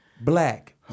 Black